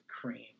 cream